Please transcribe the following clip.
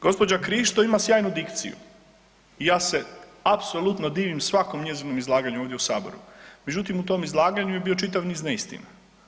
Gospođa Krišto ima sjajnu dikciju i ja se apsolutno divim svakom njezinom izlaganju ovdje u saboru, međutim u tom izlaganju je bio čitav niz neistina.